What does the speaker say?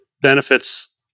benefits